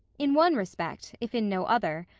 in one respect, if in no other,